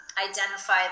identify